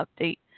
update